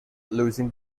losing